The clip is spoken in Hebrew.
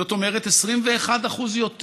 זאת אומרת, 21% יותר.